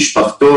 משפחתו,